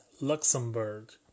Luxembourg